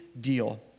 deal